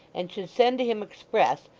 and should send to him express,